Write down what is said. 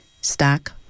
Stock